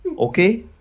Okay